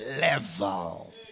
Level